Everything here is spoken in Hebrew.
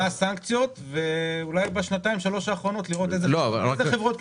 מה הסנקציות ואולי בשנתיים-שלוש האחרונות לראות איזה חברות.